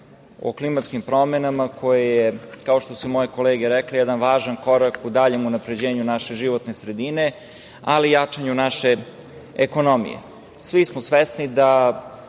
o klimatskim promenama, koji je, kao što su moje kolege rekle, jedan važan korak u daljem unapređenju naše životne sredine, ali i jačanju naše ekonomije. Svi smo svesni da